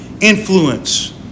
influence